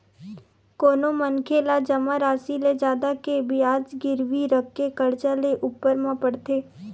कोनो मनखे ला जमा रासि ले जादा के बियाज गिरवी रखके करजा लेय ऊपर म पड़थे